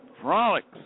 Frolics